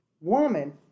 Woman